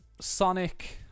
sonic